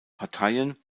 parteien